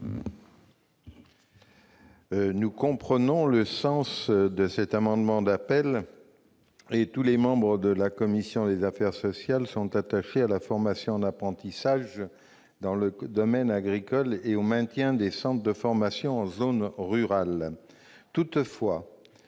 Nous comprenons le sens de cet amendement d'appel. Tous les membres de la commission des affaires sociales sont attachés à la formation en apprentissage dans le domaine agricole et au maintien des centres de formation en zone rurale. Toutefois,